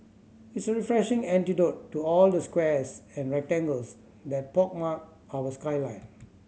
it is a refreshing antidote to all the squares and rectangles that pockmark our skyline